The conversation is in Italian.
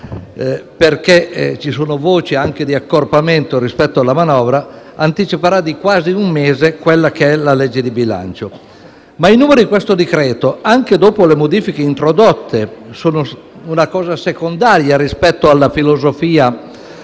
perché ci sono voci anche di accorpamento rispetto alla manovra - anticiperà di quasi un mese la legge di bilancio. Ma i numeri di questo decreto-legge, anche dopo le modifiche introdotte, sono una cosa secondaria rispetto alla filosofia